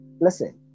listen